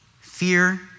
fear